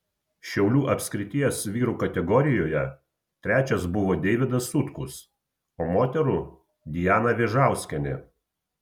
šiaulių apskrities vyrų kategorijoje trečias buvo deivydas sutkus o moterų diana vėžauskienė